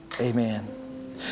amen